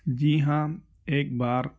جی ہاں ایک بار